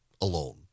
alone